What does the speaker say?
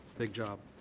big job.